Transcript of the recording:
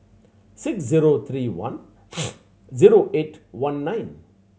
six zero three one zero eight one nine